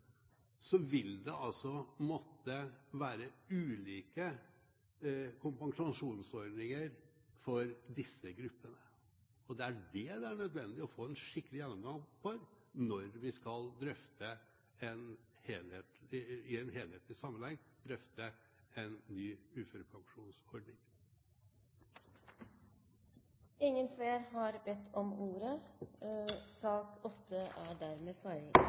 vil det altså måtte være ulike kompensasjonsordninger for disse gruppene. Det er det det er nødvendig å få en skikkelig gjennomgang av når vi i en helhetlig sammenheng skal drøfte en ny uførepensjonsordning. Flere har ikke bedt om ordet til sak nr. 8. Som tidligere vedtatt er